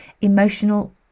emotional